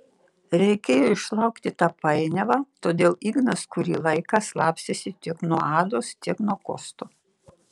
reikėjo išlaukti tą painiavą todėl ignas kurį laiką slapstėsi tiek nuo ados tiek nuo kosto